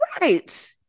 right